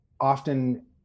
often